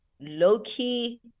low-key